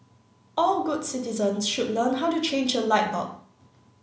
all good citizens should learn how to change a light bulb